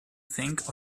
think